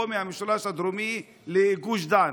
או מהמשולש הדרומי לגוש דן,